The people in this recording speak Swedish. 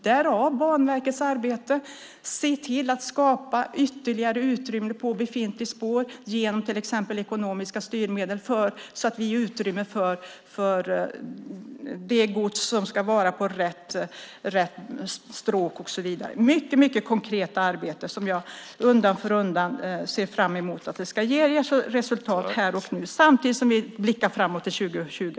Därför arbetar Banverket för att se till att skapa ytterligare utrymme på befintligt spår, till exempel genom ekonomiska styrmedel, så att gods transporteras på rätt stråk och så vidare. Det är ett mycket, mycket konkret arbete som jag ser fram emot ska ge resultat här och nu, samtidigt som vi blickar framåt mot 2020.